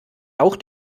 auch